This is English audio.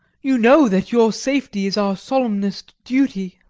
you know that your safety is our solemnest duty.